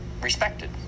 respected